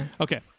Okay